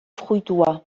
fruitua